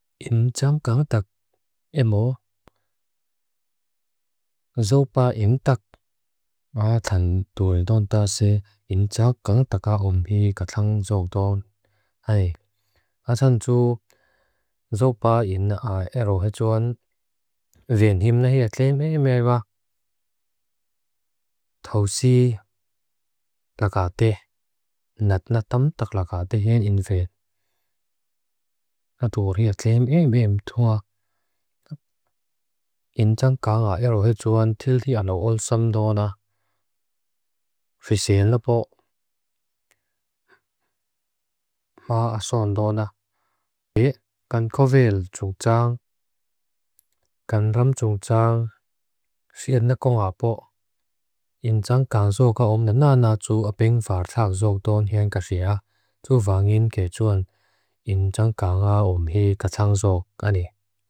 Tui bui rihe amunan ngay thak galanay la va amay rozu divyate fonate leh leptapate mun sang sangate kan lao muin kan lao ngay sa chunah. Arap om don hen jaxiaa tui bui rihe arihe atumin. A chak ii meam tua ju mei pealama tui bui zanat atim latuk dehi an arihe atil om lezuo lian kaxiaa. Kei tak pejon ngay thak ari om katiaa alung che thak leklik dehi katiaa ni. Bui vangin kei ngay ca tu lao ane. A chuncaa soi bohi ka tu lao ane.